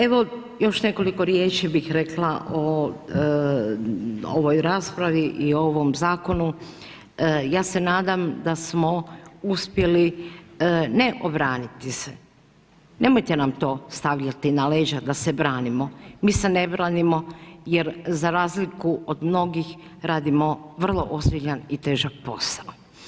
Evo još nekoliko riječi bih rekla o ovoj raspravi i ovom zakonu, ja se nadam da smo uspjeli ne obraniti se, nemojte nam to stavljati na leđa da se branimo jer za razliku od mnogih, radimo vrlo ozbiljan i težak posao.